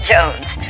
Jones